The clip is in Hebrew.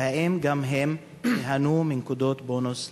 והאם גם הם ייהנו מנקודות בונוס לשנתיים?